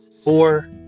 four